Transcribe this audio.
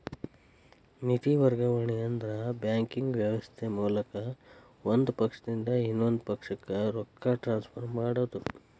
ನಿಧಿ ವರ್ಗಾವಣೆ ಅಂದ್ರ ಬ್ಯಾಂಕಿಂಗ್ ವ್ಯವಸ್ಥೆ ಮೂಲಕ ಒಂದ್ ಪಕ್ಷದಿಂದ ಇನ್ನೊಂದ್ ಪಕ್ಷಕ್ಕ ರೊಕ್ಕ ಟ್ರಾನ್ಸ್ಫರ್ ಮಾಡೋದ್